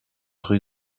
rue